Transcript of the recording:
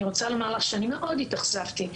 אני רוצה לומר שאני מאוד התאכזבתי.